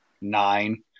nine